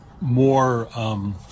more